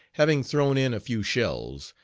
having thrown in a few shells,